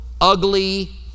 ugly